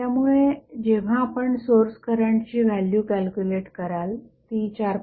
त्यामुळे जेव्हा आपण सोर्स करंटची व्हॅल्यू कॅल्क्युलेट कराल ती 4